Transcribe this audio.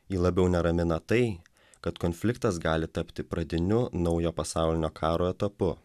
jį labiau neramina tai kad konfliktas gali tapti pradiniu naujo pasaulinio karo etapu